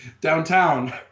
downtown